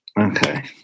Okay